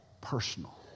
personal